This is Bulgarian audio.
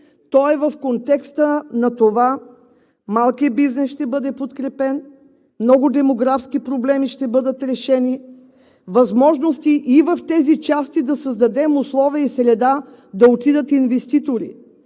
то е в контекста на това: малкият бизнес ще бъде подкрепен, много демографски проблеми ще бъдат решени, възможности и в тези части да създадем условия и среда да отидат инвеститори.